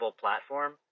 platform